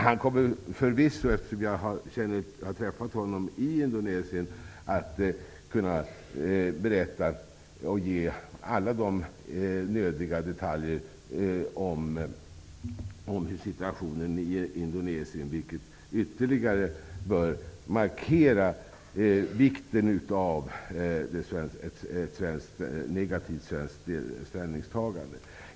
Han kommer förvisso -- jag har träffat honom i Indonesien -- att kunna berätta och ge alla nödiga detaljer om hur situationen är i Indonesien, vilket ytterligare bör markera vikten av ett negativt svenskt ställningstagande.